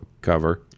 cover